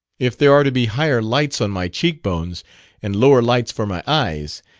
if there are to be higher lights on my cheekbones and lower lights for my eyes,